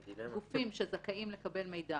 גופים שזכאים לקבל מידע,